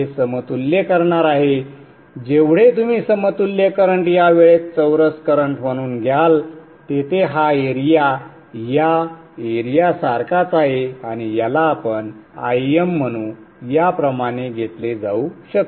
तर मी ते समतुल्य करणार आहे जेवढे तुम्ही समतुल्य करंट या वेळेत चौरस करंट म्हणून घ्याल तेथे हा एरिया या एरियासारखाच आहे आणि याला आपण Im म्हणू याप्रमाणे घेतले जाऊ शकते